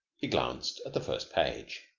he glanced at the first page.